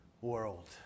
world